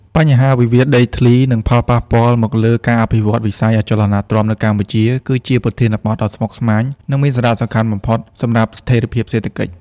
បញ្ហាវិវាទដីធ្លី និងផលប៉ះពាល់មកលើការអភិវឌ្ឍវិស័យអចលនទ្រព្យនៅកម្ពុជា គឺជាប្រធានបទដ៏ស្មុគស្មាញ និងមានសារៈសំខាន់បំផុតសម្រាប់ស្ថិរភាពសេដ្ឋកិច្ច។